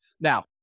Now